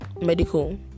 medical